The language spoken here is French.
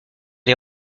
est